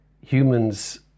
humans